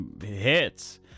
hits